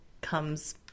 comes